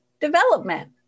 development